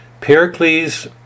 Pericles